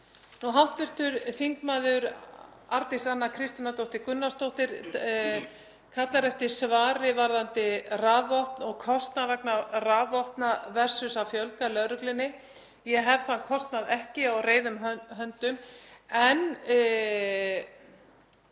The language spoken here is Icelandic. Hv. þm. Arndís Anna Kristínardóttir Gunnarsdóttir kallar eftir svari varðandi rafvopn og kostnað vegna rafvopna versus að fjölga í lögreglunni. Ég hef þann kostnað ekki á reiðum höndum en